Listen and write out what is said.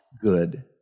good